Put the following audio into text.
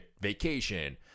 vacation